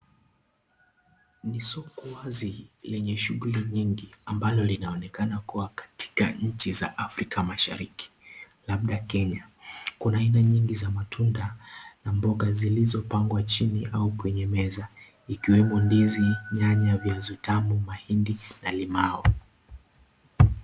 Ni soko wazi lenye shughuli nyingi ambalo linaonekana kuwa katika nchi za Afrika Mashariki labda Kenya. Kuna aina nyingi za matunda na mboga zilizopangwa chini au kwenye meza ikiwemo ndizi, nyanya, viazi vitamu, mahindi na limau.